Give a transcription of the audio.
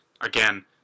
Again